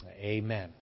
amen